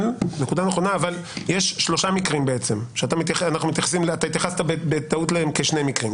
אבל יש שלושה מקרים שאתה התייחסת אליהם בטעות כשני מקרים.